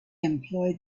employed